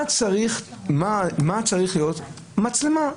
את המצלמה.